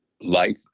life